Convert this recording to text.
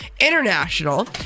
International